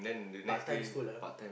part time is good lah